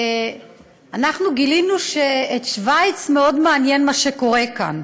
אנחנו גילינו שאת שווייץ מאוד מעניין מה שקורה כאן,